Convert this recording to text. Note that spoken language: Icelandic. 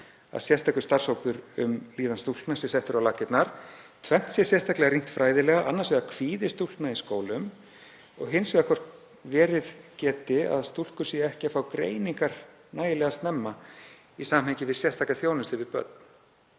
að sérstakur starfshópur um líðan stúlkna sé settur á laggirnar. Tvennt sé sérstaklega rýnt fræðilega, annars vegar kvíði stúlkna í skólum og hins vegar hvort geti verið að stúlkur séu ekki að fá greiningar nægilega snemma í samhengi við sérstaka þjónustu við börn.“